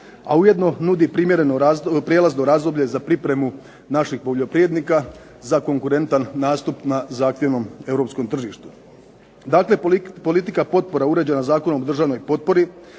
A ujedno nudi prijelazno razdoblje za pripremu naših poljoprivrednika za konkurentan nastup na zahtjevnom Europskom tržištu. Dakle, politika potpora uređena Zakonom o državnoj potpori